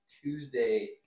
Tuesday